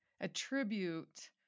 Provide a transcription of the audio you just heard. attribute